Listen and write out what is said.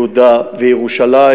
יהודה וירושלים.